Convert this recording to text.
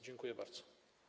Dziękuję bardzo.